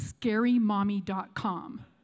scarymommy.com